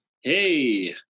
hey